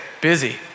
busy